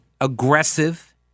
aggressive